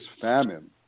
famine